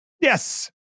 Yes